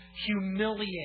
humiliate